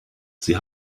sie